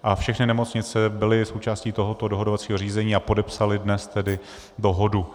A všechny nemocnice byly součástí tohoto dohodovacího řízení a podepsaly dnes tedy dohodu.